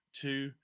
two